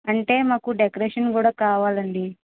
అంటే మాకు డెకరేషన్ కూడా కావాలండి